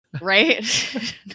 right